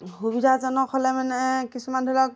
সুবিধাজনক হ'লে মানে কিছুমান ধৰি লওক